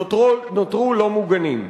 נותרו לא מוגנים.